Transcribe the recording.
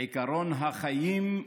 עקרון החיים,